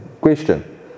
Question